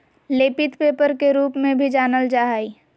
लेपित पेपर के रूप में भी जानल जा हइ